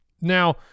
Now